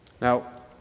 Now